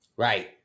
Right